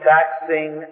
Taxing